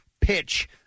pitch